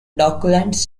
docklands